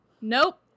Nope